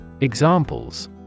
Examples